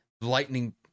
Lightning